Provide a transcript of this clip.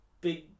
big